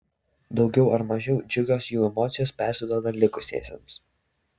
daugiau ar mažiau džiugios jų emocijos persiduoda likusiesiems